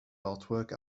artwork